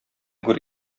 гүр